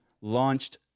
launched